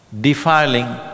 defiling